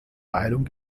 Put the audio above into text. heilung